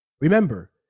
Remember